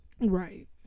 Right